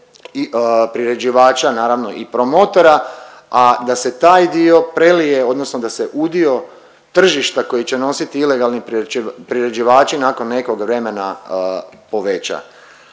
priređivača naravno i promotora, a da se taj dio prelije odnosno da se udio tržišta koji će nositi ilegalni priređivači nakon nekog vremena poveća.